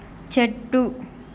చెట్టు